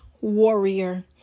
warrior